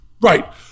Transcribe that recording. Right